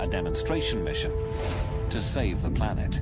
a demonstration mission to save the planet